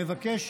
אני מבקש